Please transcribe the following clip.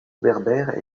berbères